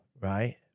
right